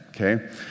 Okay